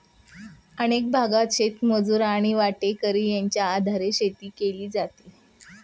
अनेक भागांत शेतमजूर आणि वाटेकरी यांच्या आधारे शेती केली जाते